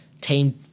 team